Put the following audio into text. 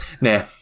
Nah